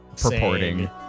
purporting